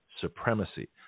supremacy